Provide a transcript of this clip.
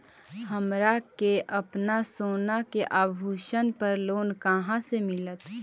हमरा के अपना सोना के आभूषण पर लोन कहाँ से मिलत?